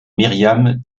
myriam